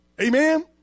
Amen